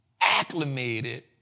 acclimated